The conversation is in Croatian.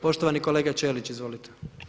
Poštovani kolega Čelić, izvolite.